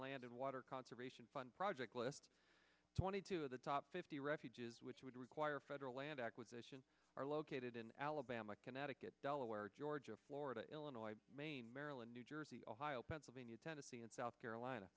land and water conservation fund project twenty two of the top fifty refuges which would require federal land acquisition are located in alabama connecticut delaware georgia florida illinois maryland new jersey ohio pennsylvania tennessee and south carolina